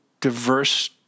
diverse